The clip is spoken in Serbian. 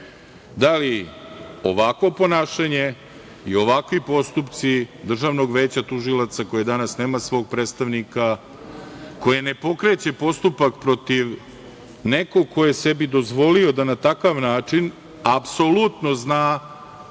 Da li ovakvo ponašanje i ovakvi postupci Državnog veća tužilaca, koje danas nema svog predstavnika, koje ne pokreće postupak protiv nekog ko je sebi dozvolio da na takav način apsolutno zna